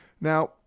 Now